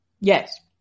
Yes